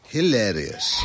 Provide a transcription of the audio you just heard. Hilarious